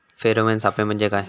Pheromone सापळे म्हंजे काय?